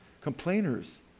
complainers